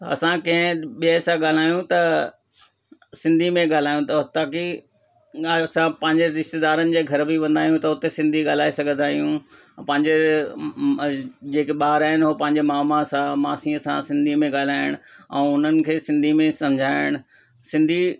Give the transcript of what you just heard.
असां कंहिं ॿिए सां ॻाल्हायूं त सिंधी में ॻाल्हायूं त ताकी हिन हिसाब पंहिंजे रिश्तेदारनि जे घर बि वेंदा आहियूं त उते सिंधी ॻाल्हाए सघंदा आहियूं पंहिंजा जेके ॿार आहिनि उहो पंहिंजे मामा सां मासीअ सां सिंधीअ में ॻाल्हाइणु ऐं उन्हनि खे सिंधी में सम्झाइणु सिंधी